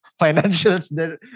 financials